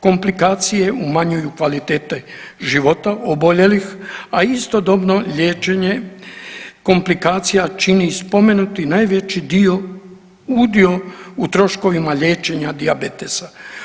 Komplikacije umanjuju kvalitete života oboljelih, a istodobno liječenje komplikacija čini spomenuti najveći dio, udio u troškovima liječenja dijabetesa.